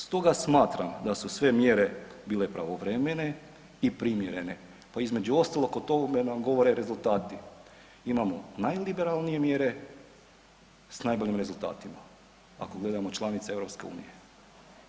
Stoga smatram da su sve mjere bile pravovremene i primjerene pa između ostalog o tome nam govore rezultati, imamo liberalnije mjere, s najboljim rezultatima ako gledamo članice EU-a.